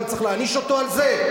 גם צריך להעניש אותו על זה?